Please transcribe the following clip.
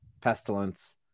Pestilence